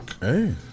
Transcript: Hey